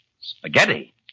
Spaghetti